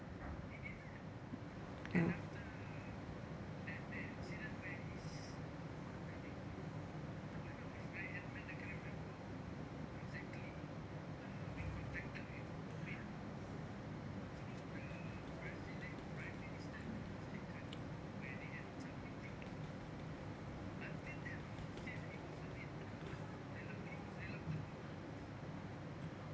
ah